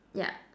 ya